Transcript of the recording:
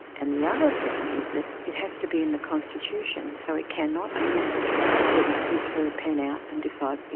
and the other thing is that it has to be in the constitution, so it can not a minister can not get his her pen out and decide,